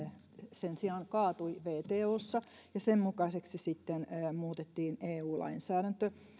sen sijaan kaatui wtossa ja sen mukaiseksi sitten muutettiin eu lainsäädäntö